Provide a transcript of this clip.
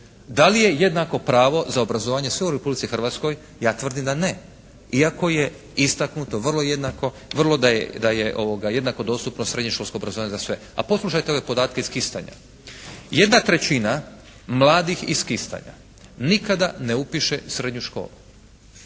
Da li je jednako pravo za obrazovanje sve u Republici Hrvatskoj? Ja tvrdim da ne. Iako je istaknuto vrlo jednako, vrlo da je jednako dostupno srednješkolsko obrazovanje za sve. A poslušajte ove podatke iz Kistanja. 1/3 mladih iz Kistanja nikada ne upiše srednju školu.